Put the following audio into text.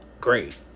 great